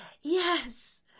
yes